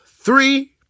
three